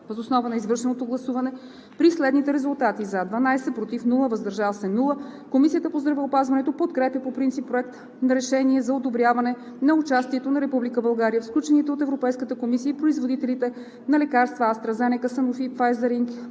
Въз основа на извършеното гласуване при следните резултати: „за“ 12, без „против“ и „въздържал се“, Комисията по здравеопазването подкрепя по принцип Проект на решение за одобряване на участието на Република България в сключените от Европейската комисия и производителите на лекарства AstraZeneca, Sanofi и Pfizer Inc.